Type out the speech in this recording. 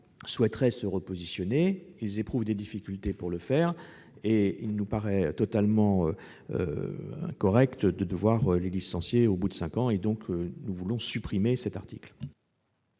souhaiteraient se repositionner, mais éprouvent des difficultés pour le faire. Il nous paraît totalement incorrect de devoir les licencier au bout de cinq ans. Nous voulons donc la suppression de cet article.